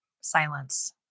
silence